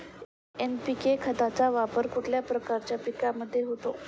NPK खताचा वापर कुठल्या प्रकारच्या पिकांमध्ये होतो?